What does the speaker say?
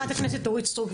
חברת הכנסת אורית סטרוק,